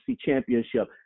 championship